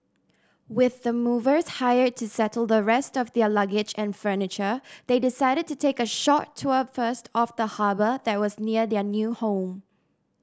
with the movers hired to settle the rest of their luggage and furniture they decided to take a short tour first of the harbour that was near their new home